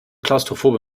klaustrophobe